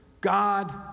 god